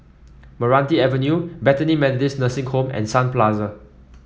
Meranti Avenue Bethany Methodist Nursing Home and Sun Plaza